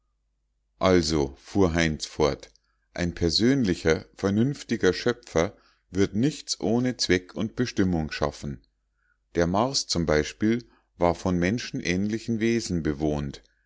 also fuhr heinz fort ein persönlicher vernünftiger schöpfer wird nichts ohne zweck und bestimmung schaffen der mars zum beispiel war von menschenähnlichen wesen bewohnt